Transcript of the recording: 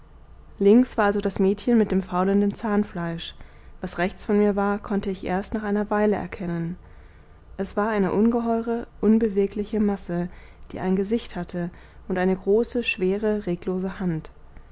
links war also das mädchen mit dem faulenden zahnfleisch was rechts von mir war konnte ich erst nach einer weile erkennen es war eine ungeheuere unbewegliche masse die ein gesicht hatte und eine große schwere reglose hand